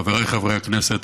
חבריי חברי הכנסת,